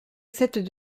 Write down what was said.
acceptent